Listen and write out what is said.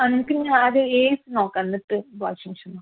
നമുക്കിനി ആദ്യം A C നോക്കാം എന്നിട്ട് വാഷിംഗ് മെഷീൻ നോക്കാം